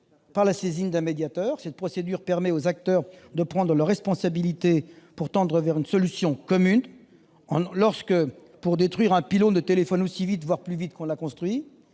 à la saisine d'un médiateur. Cette procédure permet aux acteurs de prendre leurs responsabilités pour tendre vers une solution commune. Lorsqu'il faut détruire un pylône de téléphone aussi vite, voire plus vite, qu'on ne l'a construit,